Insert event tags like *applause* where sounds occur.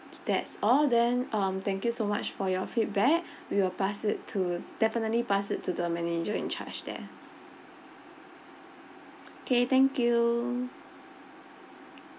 that's all then um thank you so much for your feedback *breath* we will pass it to definitely pass it to the manager in charge there okay thank you